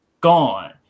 gone